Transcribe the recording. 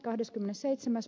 päivä